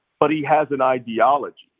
but he has an ideology.